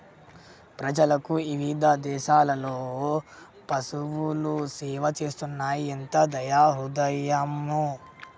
ప్రజలకు ఇవిధ దేసాలలో పసువులు సేవ చేస్తున్నాయి ఎంత దయా హృదయమో